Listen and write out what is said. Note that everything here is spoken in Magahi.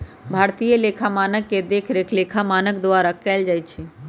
भारतीय लेखा मानक के देखरेख लेखा मानक बोर्ड द्वारा कएल जाइ छइ